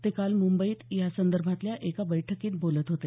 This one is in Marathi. ते काल मुंबईत यासंदर्भातल्या एका बैठकीत बोलत होते